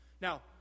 Now